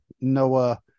Noah